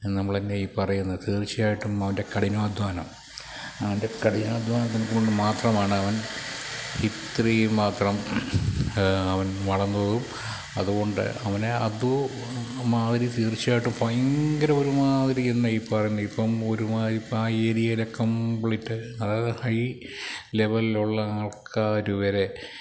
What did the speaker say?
നമ്മളെന്നാല് ഈ പറയുന്നത് തീർച്ചയായിട്ടും അവൻ്റെ കഠിനാധ്വാനം അവൻ്റെ കഠിനാധ്വാനം കൊണ്ട് മാത്രമാണ് അവൻ ഇത്രയും മാത്രം അവൻ വളർന്നതും അതുകൊണ്ട് അവനെ അതു മാതിരി തീർച്ചയായിട്ടും ഭയങ്കര ഒരുമാതിരി എന്നാ ഈ പറയുന്നേ ഇപ്പോള് ഒരുമാതിരി ഇപ്പോഴാ ഏരിയയിലെ കമ്പ്ലീറ്റ് അതായത് ഹൈ ലെവലിലുള്ള ആൾക്കാര് വരെ